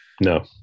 No